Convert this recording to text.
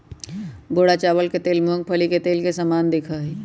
भूरा चावल के तेल मूंगफली के तेल के समान दिखा हई